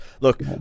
look